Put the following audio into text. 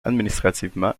administrativement